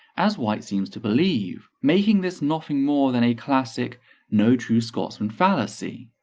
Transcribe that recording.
as white seems to believe, making this nothing more than a classic no true scotsman fallacy.